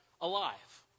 alive